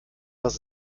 was